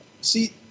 See